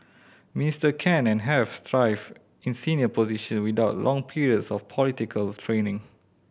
minister can and have thrived in senior position without long periods of political training